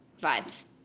vibes